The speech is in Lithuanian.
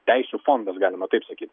teisių fondas galima taip sakyt